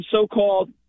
so-called